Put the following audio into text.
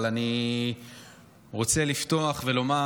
אבל אני רוצה לפתוח ולומר